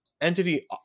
entity